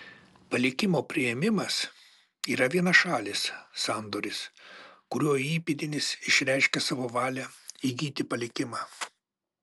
palikimo priėmimas yra vienašalis sandoris kuriuo įpėdinis išreiškia savo valią įgyti palikimą